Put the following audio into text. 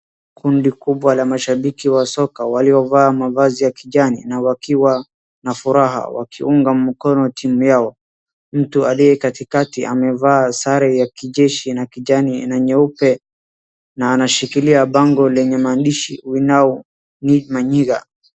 Kundi kubwa la mashabiki wa soka waliovaa mavazi ya kijani na wakiwa na furaha wakiunga mkono timu yao. Mtu aliye katikati amevaa sare ya kijeshi na kijani na nyeupe na anashikilia bango lenye maandishi We now need Manyiga .